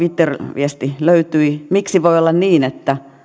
twitter viesti löytyi miksi voi olla niin että